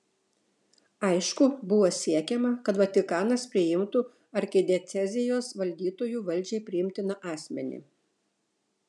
aišku buvo siekiama kad vatikanas priimtų arkidiecezijos valdytoju valdžiai priimtiną asmenį